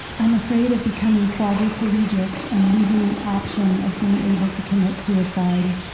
i'm afraid of becoming quadriplegic and losing the option of being able to commit suicide.